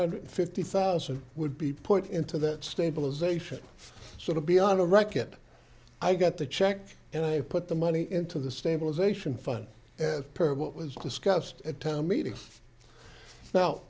hundred fifty thousand would be put into that stabilization so to be on a rocket i got the check and i put the money into the stabilization fund as per what was discussed at town meetings now